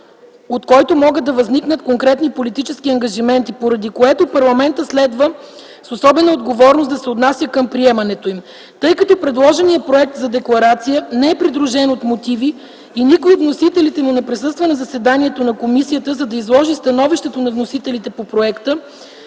от който могат да възникнат конкретни политически ангажименти, поради което парламентът следва с особена отговорност да се отнася към приемането им. Тъй като предложеният Проект за декларация не е придружен от мотиви и никой от вносителите му не присъства на заседанието на комисията, за да изложи становището на вносителите по проекта,